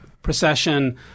procession